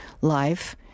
life